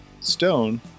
stone